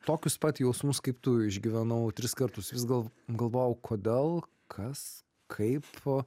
tokius pat jausmus kaip tu išgyvenau tris kartus vis galv galvojau kodėl kas kaip